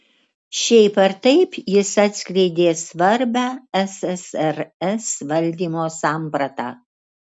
šiaip ar taip jis atskleidė svarbią ssrs valdymo sampratą